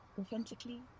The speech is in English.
Authentically